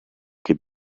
che